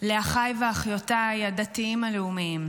לאחיי ואחיותיי הדתיים הלאומיים: